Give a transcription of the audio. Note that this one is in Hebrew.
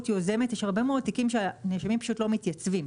שיוזמת יש הרבה מאוד תיקים שבהם הנאשמים לא מתייצבים,